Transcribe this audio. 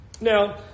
Now